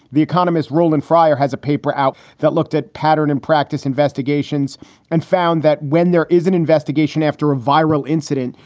the economist roland fryer has a paper out that looked at pattern and practice investigations and found that when there is an investigation after a viral incident,